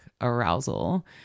arousal